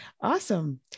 Awesome